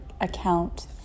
account